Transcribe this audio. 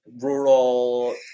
rural